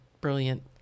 brilliant